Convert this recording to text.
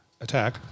attack